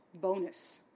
bonus